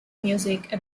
music